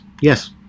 Yes